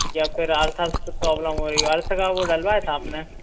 या फिर earth earth कुछ प्रोब्लम हो रही हो अर्थ का वो डलवाया था आप ने